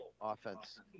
offense